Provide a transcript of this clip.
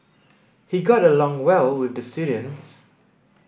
he got along well with the students